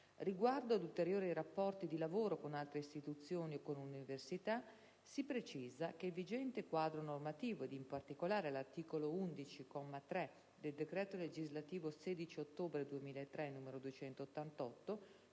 riguardo ad ulteriori rapporti di lavoro con altre istituzioni o con università, si precisa che il vigente quadro normativo ed, in particolare, l'articolo 11, comma 3, del decreto legislativo 16 ottobre 2003, n. 288,